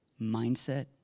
mindset